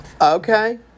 Okay